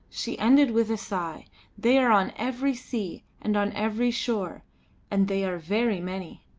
she ended with a sigh they are on every sea, and on every shore and they are very many!